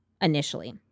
initially